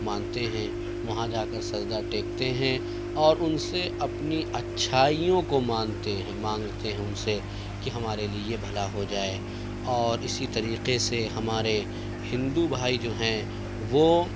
مانتے ہیں وہاں جا کر سجدہ ٹیکتے ہیں اور ان سے اپنی اچھائیوں کو مانتے ہیں مانگتے ہیں ان سے کہ ہمارے لیے یہ بھلا ہو جائے اور اسی طریقے سے ہمارے ہندو بھائی جو ہیں وہ